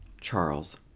Charles